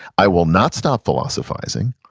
i will not stop philosophizing.